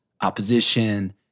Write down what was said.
opposition